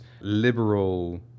liberal